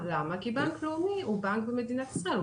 כי בנק לאומי הוא בנק במדינת ישראל,